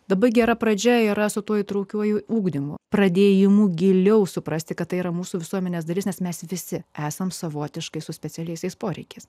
labai gera pradžia yra su tuo įtraukiuoju ugdymu pradėjimu giliau suprasti kad tai yra mūsų visuomenės dalis nes mes visi esam savotiškai su specialiaisiais poreikiais